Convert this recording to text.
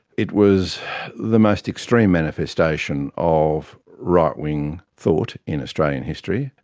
it was the most extreme manifestation of right-wing thought in australian history,